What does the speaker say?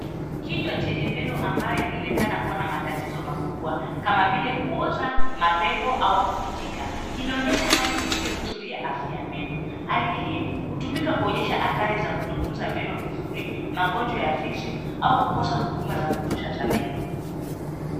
Kinywa chenye meno ambayo yanaonekana kuwa na matataizo makubwa kama vile kuoza, mapengo au kuvunjika. Inaonyesha hali isiyo nzuri ya afya ya meno. Hali hii hutumika kuonyesha athari za kutotunza meno vizuri magonjwa ya fizi au kukosa huduma za kutosha za meno.